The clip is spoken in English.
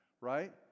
Right